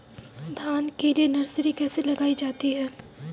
धान के लिए नर्सरी कैसे लगाई जाती है?